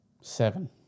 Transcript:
Seven